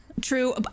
True